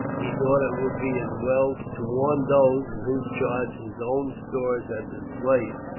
he thought it would be as well to warn those in whose charge his own stores had been placed,